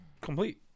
complete